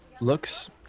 looks